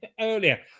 earlier